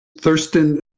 thurston